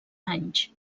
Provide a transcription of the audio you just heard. anys